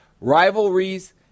rivalries